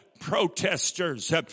protesters